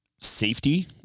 safety